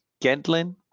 Gentlin